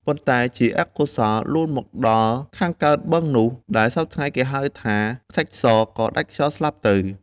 ប៉ុន្តែជាអកុសល លូនមកដល់ខាងកើតបឹងនោះ ដែលសព្វថ្ងៃគេហៅថា “ខ្សាច់ស” ក៏ដាច់ខ្យល់ស្លាប់ទៅ ។